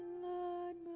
Lord